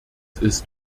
ist